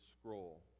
scroll